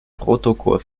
protokoll